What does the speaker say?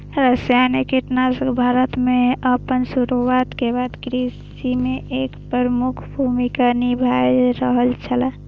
रासायनिक कीटनाशक भारत में आपन शुरुआत के बाद से कृषि में एक प्रमुख भूमिका निभाय रहल छला